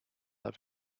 have